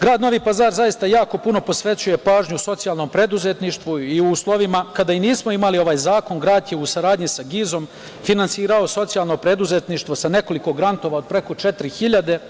Grad Novi Pazar jako puno posvećuje pažnju socijalnom preduzetništvu i u uslovima kada nismo imali ovaj zakon, grad je u saradnji sa GIZ-om finansirao socijalno preduzetništvo sa nekoliko grantova od preko 4.000.